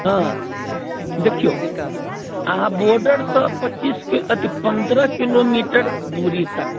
हँ देखिऔ अहाँ बॉर्डरसँ पच्चीस अथि पन्द्रह किलोमीटर दूरी तक